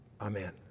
Amen